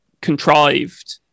contrived